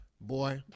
boy